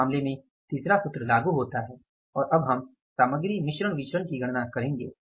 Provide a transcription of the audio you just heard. तो इस मामले में तीसरा सूत्र लागू होता है और अब हम सामग्री मिश्रण विचरण की गणना करेंगे